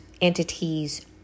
entities